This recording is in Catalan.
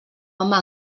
home